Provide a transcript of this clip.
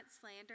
slander